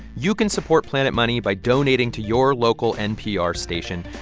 you can support planet money by donating to your local npr station.